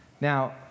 Now